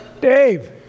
Dave